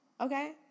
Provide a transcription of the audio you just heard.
okay